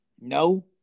no